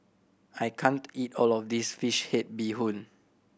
I can't eat all of this fish head bee hoon